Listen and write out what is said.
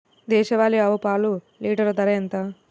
దేశవాలీ ఆవు పాలు లీటరు ధర ఎంత?